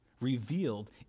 revealed